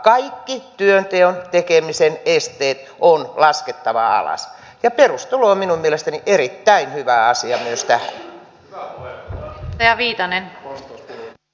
kaikki työnteon tekemisen esteet on laskettava alas ja perustulo on minun mielestäni erittäin hyvä asia myös tähän